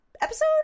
episode